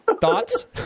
thoughts